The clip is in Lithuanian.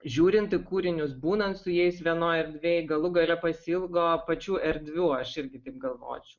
žiūrinti į kūrinius būnant su jais vienoj erdvėj galų gale pasiilgo pačių erdvių aš irgi taip galvočiau